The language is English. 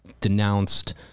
denounced